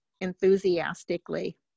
enthusiastically